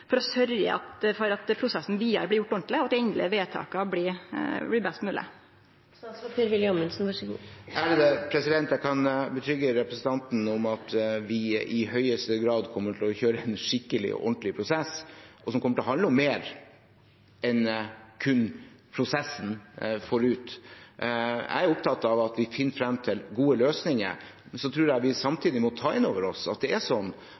for å sørgje for at prosessen vidare blir gjord ordentleg, og at dei endelege vedtaka blir best mogleg? Jeg kan betrygge representanten om at vi i høyeste grad kommer til å kjøre en skikkelig og ordentlig prosess, som kommer til å handle om mer enn kun prosessen forut. Jeg er opptatt av at vi finner frem til gode løsninger. Så tror jeg vi samtidig må ta inn over oss at det er sånn